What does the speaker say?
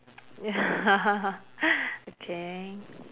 ya okay